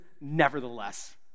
nevertheless